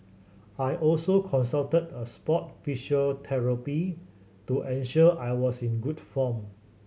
I also consulted a sport physiotherapist to ensure I was in good form